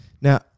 Now